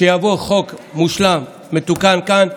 כשיבוא חוק מושלם ומתוקן כאן,